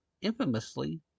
infamously